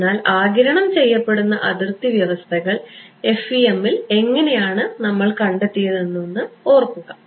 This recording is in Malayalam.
അതിനാൽ ആഗിരണം ചെയ്യപ്പെടുന്ന അതിർത്തി വ്യവസ്ഥകൾ FEM ൽ എങ്ങനെയാണ് നമ്മൾ കണ്ടെത്തിയതെന്ന് ഓർക്കുക